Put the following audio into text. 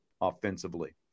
offensively